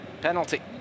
Penalty